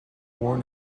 born